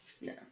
No